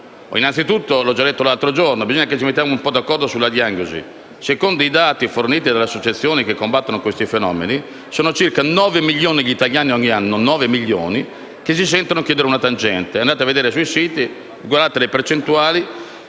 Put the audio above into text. Innanzitutto, come ho già detto l'altro giorno, bisogna che ci mettiamo d'accordo sulla diagnosi: secondo i dati forniti dalle associazioni che combattono siffatti fenomeni, sono circa 9 milioni gli italiani che ogni anno si sentono chiedere una tangente - andate a vedere sui siti le percentuali